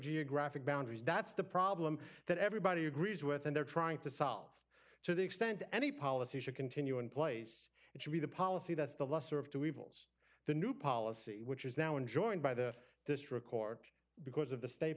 geographic boundaries that's the problem that everybody agrees with and they're trying to solve to the extent any policy should continue in place it should be the policy that's the lesser of two evils the new policy which is now in joined by the district court because of the state